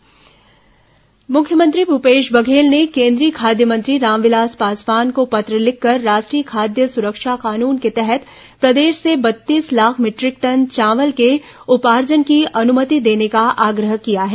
मुख्यमंत्री खाद्य मंत्री पत्र मुख्यमंत्री भूपेश बधेल ने केंद्रीय खाद्य मंत्री रामविलास पासवान को पत्र लिखकर राष्ट्रीय खाद्यान्न सुरक्षा कानून के तहत प्रदेश से बत्तीस लाख मीटरिक टन चावल के उपार्जन की अनुमति देने का आग्रह किया है